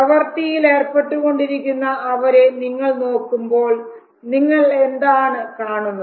പ്രവർത്തിയിൽ ഏർപ്പെട്ടുകൊണ്ടിരിക്കുന്ന അവരെ നിങ്ങൾ നോക്കുമ്പോൾ നിങ്ങൾ എന്താണ് കാണുന്നത്